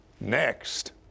Next